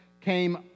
came